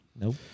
Nope